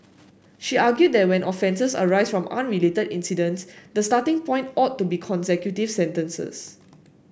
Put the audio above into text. she argued that when offences arise from unrelated incidents the starting point ought to be consecutive sentences